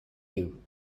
you